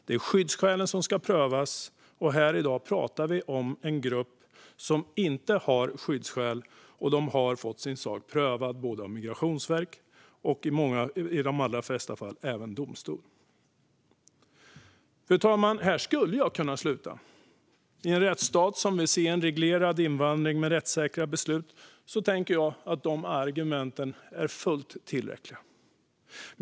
Det är skyddsskälen som ska prövas, och här i dag pratar vi om en grupp som inte har skyddsskäl. De har fått sin sak prövad av både migrationsverk och i de allra flesta fall även domstol. Fru talman! Här skulle jag kunna sluta. I en rättsstat som vill se en reglerad invandring med rättssäkra beslut tänker jag att de argumenten är fullt tillräckliga.